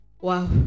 wow